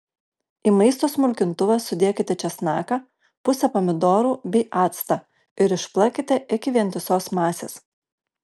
į maisto smulkintuvą sudėkite česnaką pusę pomidorų bei actą ir išplakite iki vientisos masės